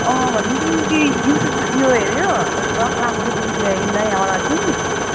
अँ भन न तिमीले त्यो युट्युब यो हेर्यो र रक लामाको जुन चाहिँ नयाँवाला थियो नि